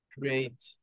create